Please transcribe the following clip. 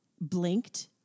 blinked